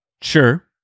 sure